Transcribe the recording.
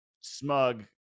smug